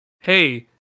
hey